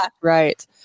Right